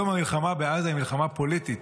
המלחמה היום בעזה היא מלחמה פוליטית,